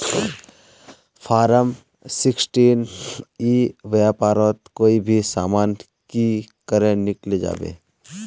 Form sixteen ई व्यापारोत कोई भी सामान की करे किनले जाबे?